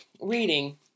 reading